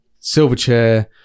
Silverchair